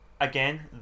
again